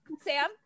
Sam